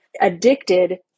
addicted